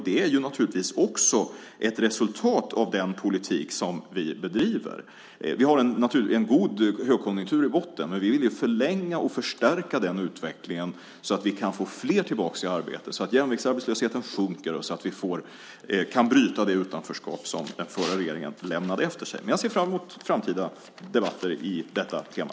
Det är naturligtvis också ett resultat av den politik som vi bedriver. Vi har en god högkonjunktur i botten, men vi vill förlänga och förstärka den utvecklingen för att få fler tillbaka i arbete så att jämviktsarbetslösheten sjunker och så att vi kan bryta det utanförskap som den förra regeringen lämnade efter sig. Jag ser fram emot framtida debatter på detta tema!